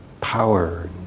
power